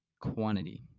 quantity